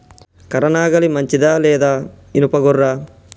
కర్ర నాగలి మంచిదా లేదా? ఇనుప గొర్ర?